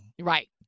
Right